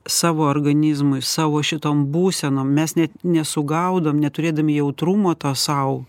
savo organizmui savo šitom būsenom mes net nesugaudom neturėdami jautrumo to sau